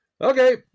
okay